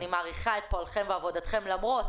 אני מעריכה את פועלכם ועבודתכם למרות